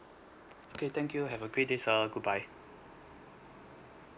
okay thank you have a great day sir good bye